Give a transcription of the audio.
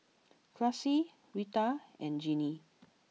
Classie Rita and Jeanne